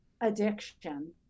addiction